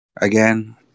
Again